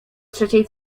trzeciej